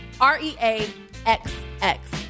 r-e-a-x-x